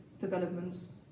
developments